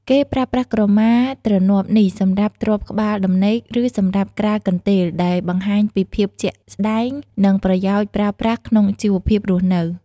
គេប្រើប្រាស់ក្រមាទ្រនាប់នេះ សម្រាប់ទ្រាប់ក្បាលដំណេក ឬសម្រាប់ក្រាលកន្ទេល ដែលបង្ហាញពីភាពជាក់ស្តែង និងប្រយោជន៍ប្រើប្រាស់ក្នុងជីវភាពរស់នៅ។